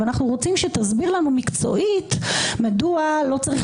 אבל אנחנו רוצים שתסביר לנו מקצועית מדוע לא צריך